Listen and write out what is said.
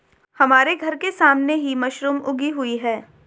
हमारे घर के सामने ही मशरूम उगी हुई है